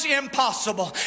impossible